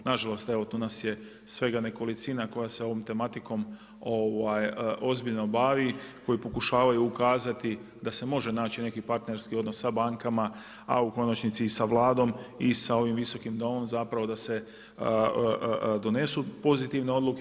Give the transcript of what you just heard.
Na žalost evo tu nas je svega nekolicina koja se ovom tematikom ozbiljno bavi, koji pokušavaju ukazati da se može naći neki partnerski odnos sa bankama, a u konačnici i sa Vladom i sa ovim Visokim domom, zapravo da se donesu pozitivne odluke.